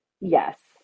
yes